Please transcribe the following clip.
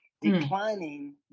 declining